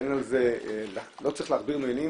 ולא צריך להכביר על זה מילים,